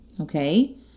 okay